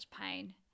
pain